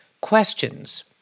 questions